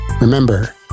Remember